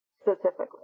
specifically